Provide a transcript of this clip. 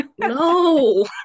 no